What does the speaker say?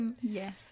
Yes